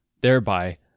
thereby